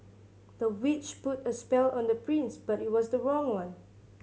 the witch put a spell on the prince but it was the wrong one